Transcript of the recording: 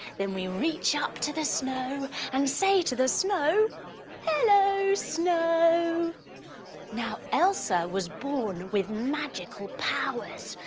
then we reach up to the snow and say to the snow hello snow now elsa was born with magical powers.